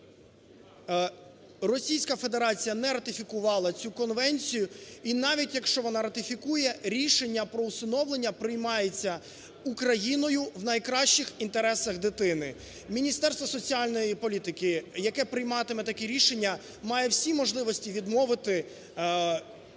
Російська Федерація не ратифікувала цю конвенцію. І навіть, якщо вона ратифікує, рішення про усиновлення приймається Україною в найкращих інтересах дитини. Міністерство соціальної політики, яке прийматиме таке рішення, має всі можливості відмовити, у